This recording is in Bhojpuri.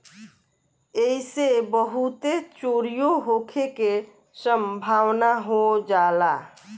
ऐइसे बहुते चोरीओ होखे के सम्भावना हो जाला